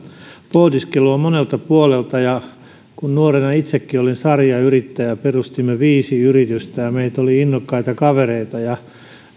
pohdiskelua monelta puolelta kun nuorena itsekin olin sarjayrittäjä perustimme viisi yritystä ja meitä oli innokkaita kavereita